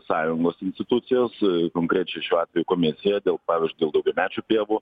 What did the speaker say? sąjungos institucijos konkrečiu šiuo atveju komisija dėl pavyzdžiui dėl daugiamečių pievų